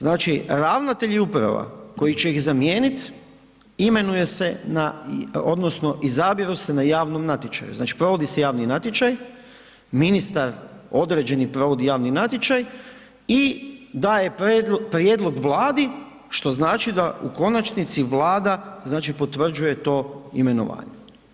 Znači ravnatelji uprava koji će ih zamijeniti, imenuje se odnosno izabiru se na javnom natječaju, znači provodi se javni natječaj, ministar određeni provodi javni natječaj i daje prijedlog Vladi što znači da u konačnici Vlada potvrđuje to imenovanje.